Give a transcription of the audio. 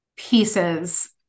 pieces